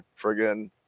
friggin